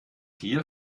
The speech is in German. hier